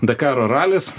dakaro ralis